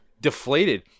deflated